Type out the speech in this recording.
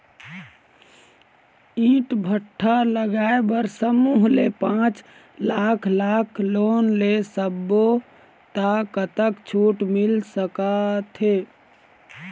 ईंट भट्ठा लगाए बर समूह ले पांच लाख लाख़ लोन ले सब्बो ता कतक छूट मिल सका थे?